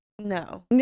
No